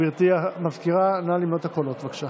גברתי המזכירה, נא למנות את הקולות, בבקשה.